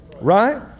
Right